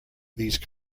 these